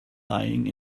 lying